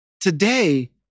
Today